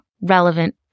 relevant